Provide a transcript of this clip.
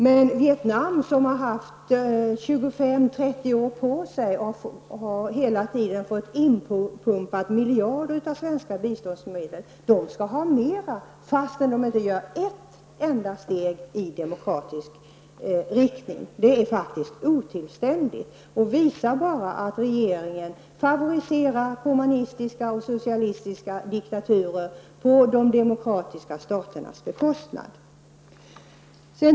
Men Vietnam, som har haft 25--30 år på sig och hela tiden har fått inpumpat miljarder av svenska biståndsmedel, skall ha mera fastän det där inte tas ett enda steg i demokratisk riktning. Det är otillständigt och visar bara att regeringen favoriserar kommunistiska och socialistiska diktaturer på de demokratiska staternas bekostnad.